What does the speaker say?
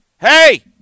hey